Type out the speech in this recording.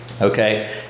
okay